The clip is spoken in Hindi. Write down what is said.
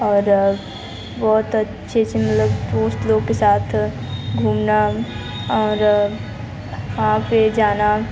और बहुत अच्छे से मतलब दोस्त लोग के साथ घूमना और वहाँ पर जाना